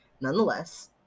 nonetheless